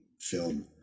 film